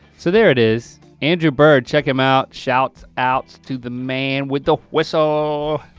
so there it is, andrew bird, check him out. shout out to the man with the whistle.